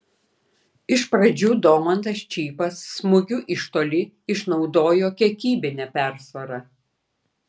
iš pradžių domantas čypas smūgiu iš toli išnaudojo kiekybinę persvarą